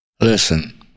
Listen